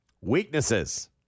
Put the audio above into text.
Weaknesses